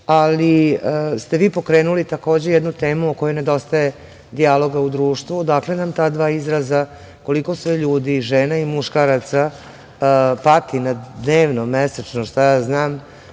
ali ste vi pokrenuli takođe jednu temu o kojoj nedostaje dijaloga u društvu, odakle nam ta dva izraza, koliko se ljudi, žena i muškaraca pati na dnevnom, mesečnom, šta ja znam,